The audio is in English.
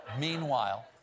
Meanwhile